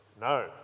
No